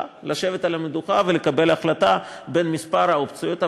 לשבת על המדוכה ולקבל החלטה בין האופציות.